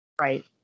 Right